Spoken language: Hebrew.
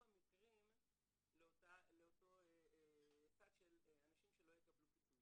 המקרים לאותו שק של אנשים שלא יקבלו פיצוי.